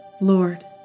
Lord